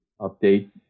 update